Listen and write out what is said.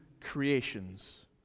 creations